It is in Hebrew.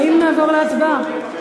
האם נעבור להצבעה?